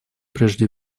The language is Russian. прежде